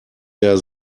der